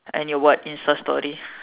and your what insta story